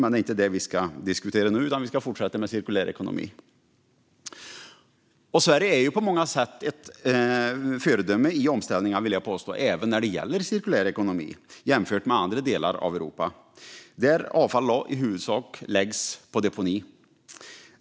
Men det är inte det vi ska diskutera nu, utan vi ska fortsätta med cirkulär ekonomi. Sverige är på många sätt ett föredöme i omställningen, vill jag påstå, även när det gäller cirkulär ekonomi jämfört med andra delar av Europa, där avfall i huvudsak läggs på deponi.